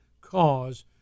cause